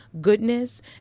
goodness